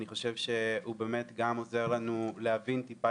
אני חושב שהוא באמת גם עוזר לנו להבין טיפה